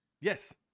Yes